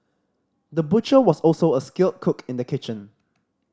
the butcher was also a skilled cook in the kitchen